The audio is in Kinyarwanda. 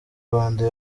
rwanda